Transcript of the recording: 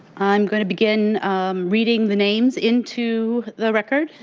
i'm going to begin reading the names into the record,